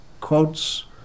quotes